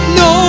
no